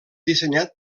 dissenyat